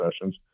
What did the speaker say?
sessions